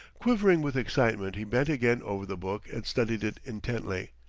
quivering with excitement he bent again over the book and studied it intently.